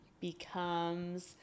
becomes